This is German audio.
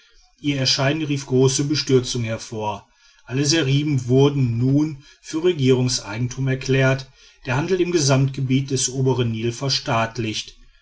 ihr erscheinen rief große bestürzung hervor alle seriben wurden nun für regierungseigentum erklärt der handel im gesamtgebiet des obern nil verstaatlicht